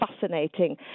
fascinating